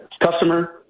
customer